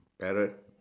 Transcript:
parrot